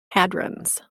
hadrons